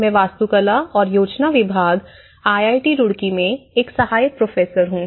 मैं वास्तुकला और योजना विभाग आई आई टी रुड़की में एक सहायक प्रोफेसर हूं